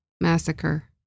Massacre